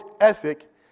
ethic